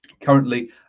Currently